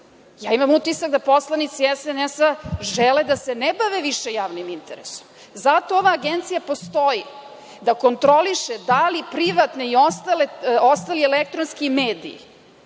Imam utisak da poslanici SNS žele da se ne bave više javnim interesom. Zato ova agencija postoji, da kontroliše da li privatni i ostali elektronski mediji